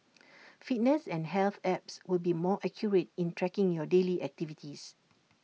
fitness and health apps will be more accurate in tracking your daily activities